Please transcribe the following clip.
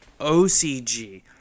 OCG